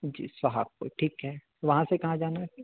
जी सोहागपुर ठीक है वहाँ से कहाँ जाना है फिर